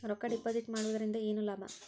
ರೊಕ್ಕ ಡಿಪಾಸಿಟ್ ಮಾಡುವುದರಿಂದ ಏನ್ ಲಾಭ?